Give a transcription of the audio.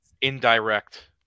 Indirect